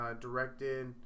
Directed